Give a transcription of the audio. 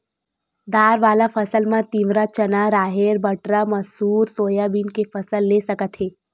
दार वाला फसल म तिंवरा, चना, राहेर, बटरा, मसूर, सोयाबीन के फसल ले सकत हे